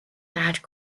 badge